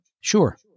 Sure